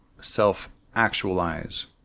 self-actualize